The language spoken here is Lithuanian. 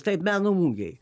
taip meno mugėj